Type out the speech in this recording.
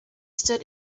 stood